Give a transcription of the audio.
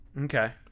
Okay